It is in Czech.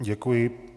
Děkuji.